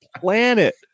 planet